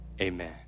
Amen